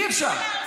אי-אפשר.